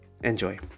enjoy